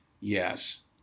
Yes